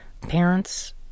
parents